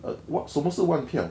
err what 什么是万片